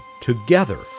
together